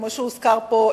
כמו שהוזכר פה,